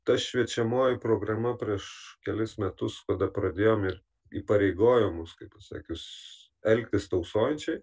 ta šviečiamoji programa prieš kelis metus kada pradėjom ir įpareigojo mus kaip pasakius elgtis tausojančiai